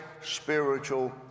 spiritual